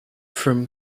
from